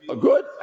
Good